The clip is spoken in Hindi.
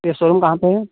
ये शॉरूम कहाँ पे है